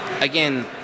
Again